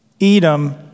Edom